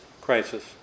crisis